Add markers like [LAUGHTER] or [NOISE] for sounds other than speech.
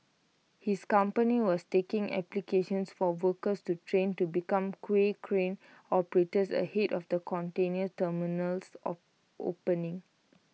his company was taking applications for workers to train to become quay crane operators ahead of the container terminal's [NOISE] opening